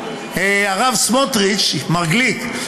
מר גליק,